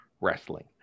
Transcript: wrestling